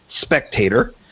spectator